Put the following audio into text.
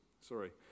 Sorry